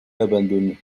abandonnée